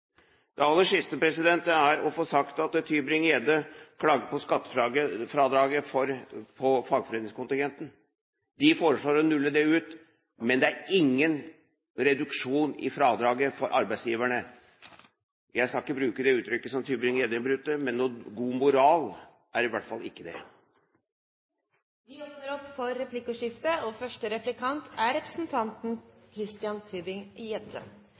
Det aller siste jeg må få sagt, er: Tybring-Gjedde klagde på skattefradraget på fagforeningskontingenten. De foreslår å nulle det ut. Men det er ingen reduksjon i fradraget for arbeidsgiverne. Jeg skal ikke bruke det uttrykket som Tybring-Gjedde brukte, men god moral er det i hvert fall ikke. Det blir replikkordskifte. Jeg kunne godt tenke meg å diskutere litt moral med representanten